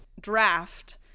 draft